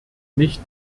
nicht